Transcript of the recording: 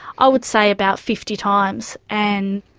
i would say about fifty times, and